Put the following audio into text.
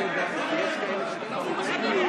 יש כאלה שכבר הצביעו.